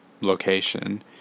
location